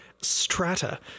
Strata